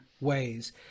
ways